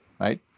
right